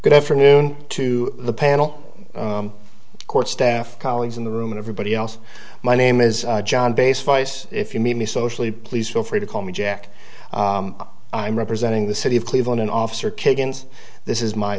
good afternoon to the panel court staff colleagues in the room and everybody else my name is john bass vice if you meet me socially please feel free to call me jack i'm representing the city of cleveland an officer killed and this is my